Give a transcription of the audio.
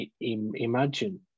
imagine